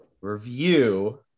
review